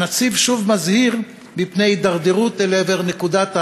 הנציב שוב מזהיר מפני הידרדרות לעבר נקודת האל-חזור.